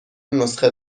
نسخه